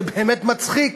באמת זה מצחיק,